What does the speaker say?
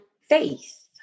faith